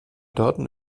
daten